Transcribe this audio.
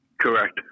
Correct